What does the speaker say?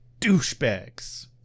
Douchebags